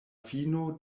fino